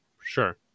Sure